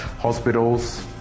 hospitals